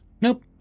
Nope